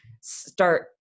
start